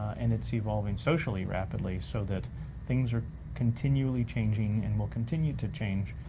and it's evolving socially rapidly, so that things are continually changing and will continue to change.